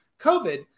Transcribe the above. COVID